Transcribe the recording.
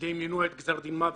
כדי למנוע את גזר דין המוות.